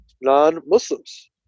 non-Muslims